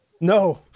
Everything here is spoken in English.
no